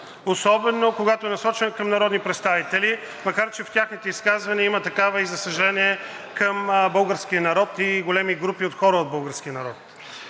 особено когато е насочен към народни представители, макар че в техните изказвания има такава и за съжаление, към българския народ и големи групи хора от българския народ.